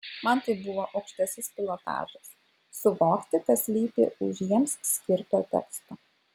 man tai buvo aukštasis pilotažas suvokti kas slypi už jiems skirto teksto